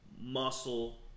muscle